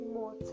more